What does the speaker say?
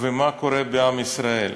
ומה קורה בעם ישראל,